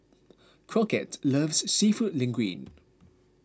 Crockett loves Seafood Linguine